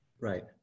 Right